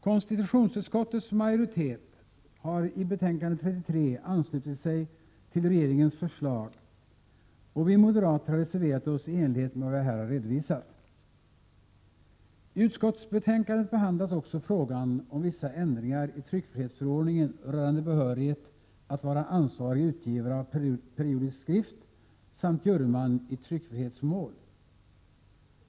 Konstitutionsutskottets majoritet har i betänkande 33 anslutit sig till regeringens förslag, och vi moderater har reserverat oss i enlighet med vad jag här har redovisat. I utskottsbetänkandet behandlas också frågan om vissa ändringar i tryckfrihetsförordningen rörande behörighet att vara ansvarig utgivare av periodisk skrift samt juryman i tryckfrihetsmål.